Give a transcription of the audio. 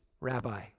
rabbi